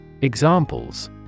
Examples